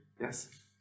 Yes